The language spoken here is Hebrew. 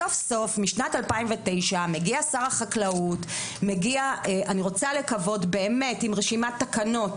סוף-סוף מגיע שר החקלאות עם רשימת תקנות